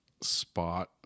spot